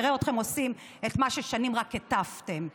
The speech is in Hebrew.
נראה אתכם עושים את מה ששנים רק הטפתם לו.